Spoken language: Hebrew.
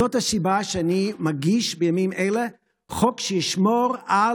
זאת הסיבה שאני מגיש בימים אלה חוק שישמור על